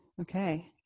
Okay